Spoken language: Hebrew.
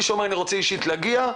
ומי שאומר שהוא רוצה להשתתף פיזית,